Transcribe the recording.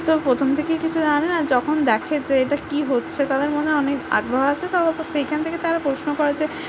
তো প্রথম থেকেই কিছু জানে না যখন দেখে যে এটা কী হচ্ছে তাদের মনে অনেক আগ্রহ আসে তো তো সেইখান থেকে তারা প্রশ্ন করে যে